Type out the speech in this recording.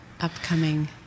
upcoming